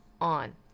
on